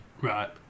Right